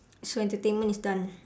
so entertainment is done